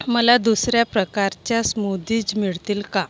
मला दुसऱ्या प्रकारच्या स्मूदीज मिळतील का